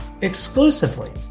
exclusively